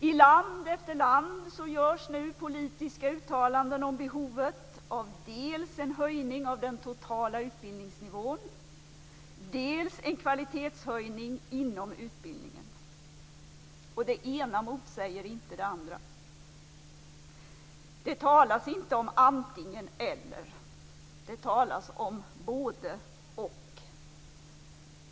I land efter land görs nu politiska uttalanden om behovet av dels en höjning av den totala utbildningsnivån, dels en kvalitetshöjning inom utbildningen. Det ena motsäger inte det andra. Det talas inte om antingen-eller. Det talas om både-och.